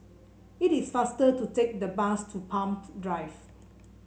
it is faster to take the bus to Palm Drive